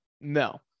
No